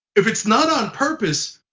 if it's not on purpose,